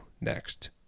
next